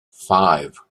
five